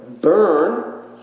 burn